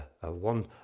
one